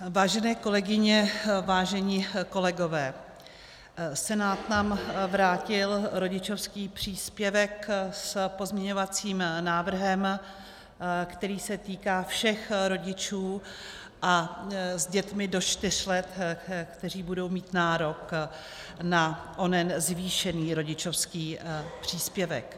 Vážené kolegyně, vážení kolegové, Senát nám vrátil rodičovský příspěvek s pozměňovacím návrhem, který se týká všech rodičů s dětmi do čtyř let, kteří budou mít nárok na onen zvýšený rodičovský příspěvek.